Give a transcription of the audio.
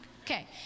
Okay